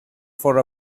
for